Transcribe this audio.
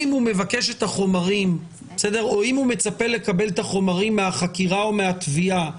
אם הוא מצפה לקבל את החומרים מהחקירה והתביעה,